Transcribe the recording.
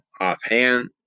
offhand